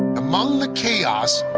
among the chaos